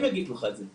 הם יגידו לך את זה.